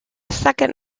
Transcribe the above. second